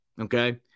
Okay